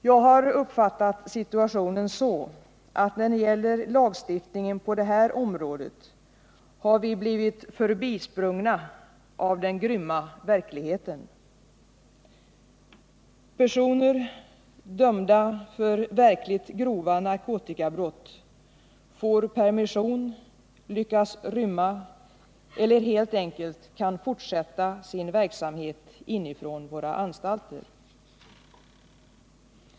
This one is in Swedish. Jag har uppfattat situationen så att när det gäller lagstiftningen på det här området har vi blivit förbisprungna av den grymma verkligheten. Personer, dömda för verkligt grova narkotikabrott, får permission, lyckas rymma eller kan helt enkelt fortsätta sin verksamhet inifrån våra anstalter.